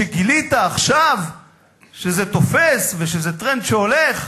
שגילית עכשיו שזה תופס ושזה טרנד שהולך?